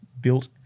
built